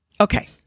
Okay